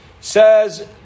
Says